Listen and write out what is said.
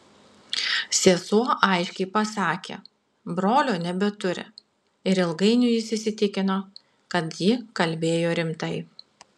sesuo aiškiai pasakė brolio nebeturi ir ilgainiui jis įsitikino kad ji kalbėjo rimtai